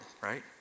right